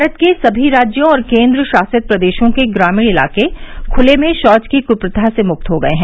भारत के सभी राज्यों और केन्द्र शासित प्रदेशों के ग्रामीण इलाके खुले में शौच की कृप्रथा से मुक्त हो गए हैं